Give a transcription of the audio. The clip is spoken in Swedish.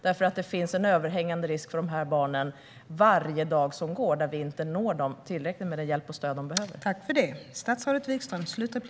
Det finns en överhängande risk för de här barnen varje dag som går då vi inte når dem tillräckligt med den hjälp och det stöd de behöver.